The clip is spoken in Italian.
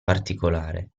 particolare